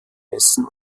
hessen